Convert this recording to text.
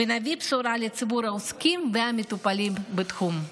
ונביא בשורה לציבור העוסקים והמטופלים בתחום.